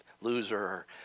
loser